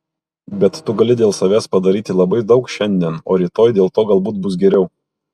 bet tu gali dėl savęs padaryti labai daug šiandien o rytoj dėl to galbūt bus geriau